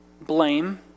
blame